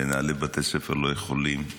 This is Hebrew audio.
מנהלי בתי ספר לא יכולים,